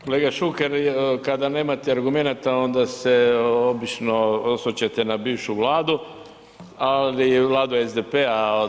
Kolega Šuker kada nemate argumenata onda se obično osvrćete na bivšu vladu, ali, vladu SDP-a.